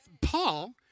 Paul